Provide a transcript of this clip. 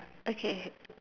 okay